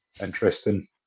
interesting